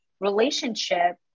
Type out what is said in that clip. relationship